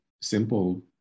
simple